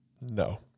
no